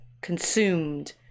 consumed